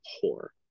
poor